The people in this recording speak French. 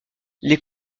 les